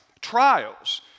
trials